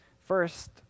First